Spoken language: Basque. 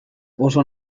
oso